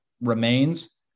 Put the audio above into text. remains